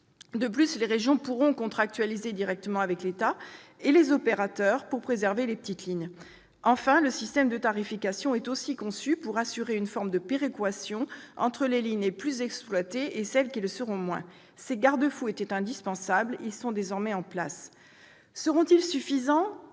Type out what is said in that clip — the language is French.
De plus, les régions pourront contractualiser directement avec l'État et les opérateurs pour préserver les petites lignes. Enfin, le système de tarification est aussi conçu pour assurer une forme de péréquation entre les lignes les plus exploitées et celles qui le seront moins. Ces garde-fous étaient indispensables. Ils sont désormais en place. Seront-ils suffisants ?